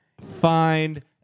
find